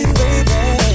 baby